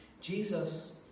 Jesus